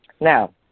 Now